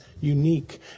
unique